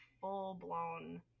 full-blown